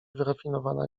wyrafinowana